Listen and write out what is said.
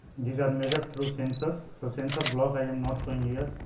these are measured through sensors. so, sensor block i am not showing here